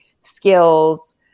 skills